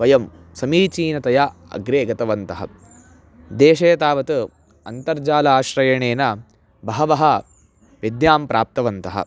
वयं समीचीनतया अग्रे गतवन्तः देशे तावत् अन्तर्जालाश्रयणेन बहवः विद्यां प्राप्तवन्तः